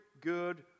good